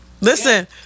Listen